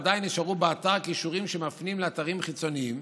עדיין נשארו באתר קישורים שמפנים לאתרים חיצוניים,